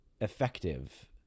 effective